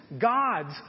God's